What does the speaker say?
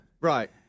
Right